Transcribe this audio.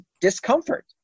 discomfort